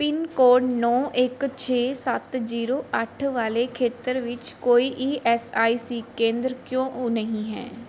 pin code ਨੌ ਇੱਕ ਛੇ ਸੱਤ ਜ਼ੀਰੋ ਅੱਠ ਵਾਲੇ ਖੇਤਰ ਵਿੱਚ ਕੋਈ ਈ ਐੱਸ ਆਈ ਸੀ ਕੇਂਦਰ ਕਿਉਂ ਨਹੀਂ ਹੈ